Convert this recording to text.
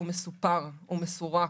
הוא מסופר, הוא מסורק.